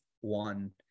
one